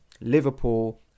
Liverpool